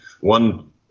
one